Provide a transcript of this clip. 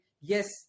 Yes